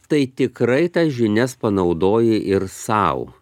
tai tikrai tas žinias panaudoji ir sau